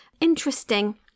interesting